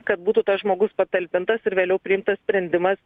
kad būtų tas žmogus patalpintas ir vėliau priimtas sprendimas